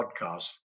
podcast